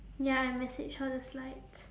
ya I messaged her the slides